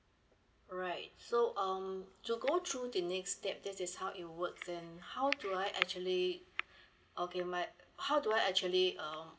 alright so um to go through the next step this is how it works and how do I actually okay my how do I actually um